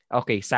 okay